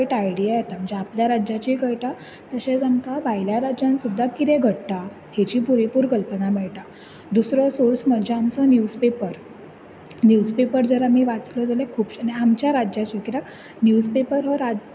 कळटा आइडीया येता म्हणजे आपल्या राज्याचेय कळटा तशेंच आमकां भायल्या राज्यान सुद्दां किदें घडटा हेची पुरेपूर कल्पना मेळटा दुसरो सोर्स म्हणजे आमचो न्यूज्पेपर न्यूज्पेपर जर आमी वाचलो जाल्यार खुबशें आनी आमच्या राज्याचे कित्याक न्यूज पेपर हो रा